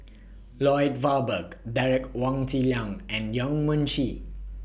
Lloyd Valberg Derek Wong Zi Liang and Yong Mun Chee